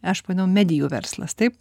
aš manau medijų verslas taip